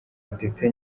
ndetse